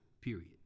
period